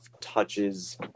touches